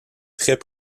très